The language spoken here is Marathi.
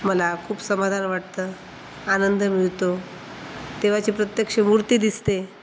मला खूप समाधान वाटतं आनंद मिळतो देवाची प्रत्यक्ष मूर्ती दिसते